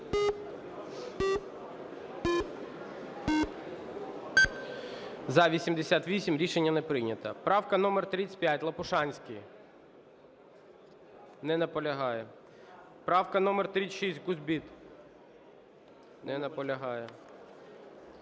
За-88 Рішення не прийнято. Правка номер 35, Лопушанський. Не наполягає. Правка номер 36, Кузбит. Не наполягає.